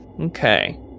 Okay